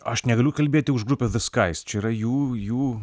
aš negaliu kalbėti už grupę the skies čia yra jų jų